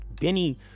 benny